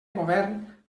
govern